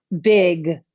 big